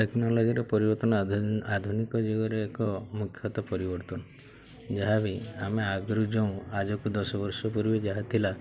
ଟେକ୍ନୋଲୋଜିର ପରିବର୍ତ୍ତନ ଆଧୁନିକ ଯୁଗରେ ଏକ ମୁଖ୍ୟତଃ ପରିବର୍ତ୍ତନ ଯାହାବି ଆମେ ଆଗରୁ ଯାଉ ଆଜିକୁ ଦଶ ବର୍ଷ ପୂର୍ବୀ ଯାହା ଥିଲା